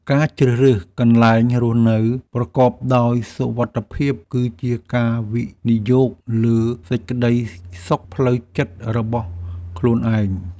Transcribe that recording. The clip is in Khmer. ការជ្រើសរើសកន្លែងរស់នៅប្រកបដោយសុវត្ថិភាពគឺជាការវិនិយោគលើសេចក្តីសុខផ្លូវចិត្តរបស់ខ្លួនឯង។